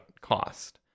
cost